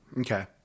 okay